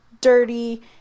dirty